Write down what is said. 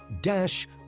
dash